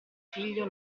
figlio